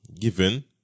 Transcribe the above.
given